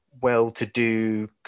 well-to-do